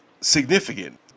significant